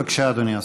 בבקשה, אדוני השר.